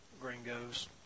gringos